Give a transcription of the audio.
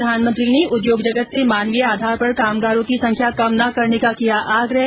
प्रधानमंत्री ने उद्योग जगत से मानवीय आधार पर कामगारों की संख्या कम न करने का किया आग्रह